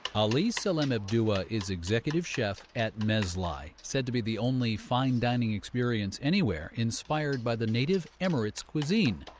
ali salem ebdowa is executive chef at mezlai, said to be the only fine dining experience anywhere inspired by the native emirates cuisine.